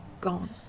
gone